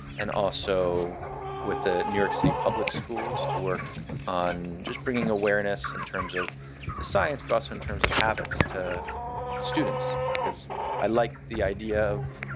and also with the new york city public schools to work on just bringing awareness in terms of the science, but also in terms of habits to students. because i like the idea of